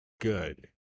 good